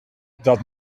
dat